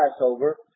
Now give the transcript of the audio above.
Passover